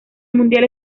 mundial